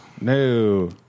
No